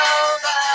over